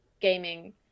gaming